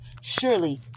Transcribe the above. Surely